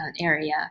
area